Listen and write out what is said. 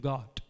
God